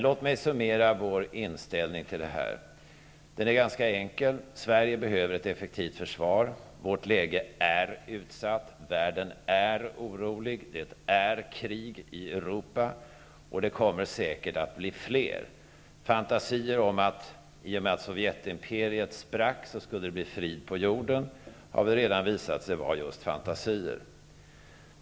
Låt mig summera vår inställning till detta. Den är ganska enkel. Sverige behöver ett effektivt försvar. Vårt läge är utsatt. Världen är orolig. Det är krig i Europa, och det kommer säkert att bli fler. Fantasier om att det skulle bli frid på jorden i och med att Sovjetimperiet sprack, har redan visat sig vara just fantasier.